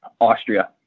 Austria